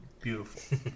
beautiful